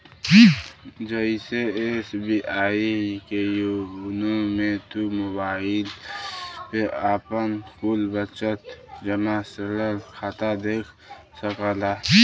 जइसे एस.बी.आई के योनो मे तू मोबाईल पे आपन कुल बचत, जमा, ऋण खाता देख सकला